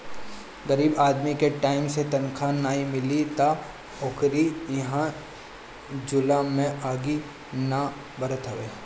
गरीब आदमी के टाइम से तनखा नाइ मिली तअ ओकरी इहां चुला में आगि नाइ बरत हवे